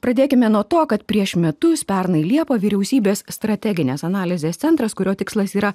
pradėkime nuo to kad prieš metus pernai liepą vyriausybės strateginės analizės centras kurio tikslas yra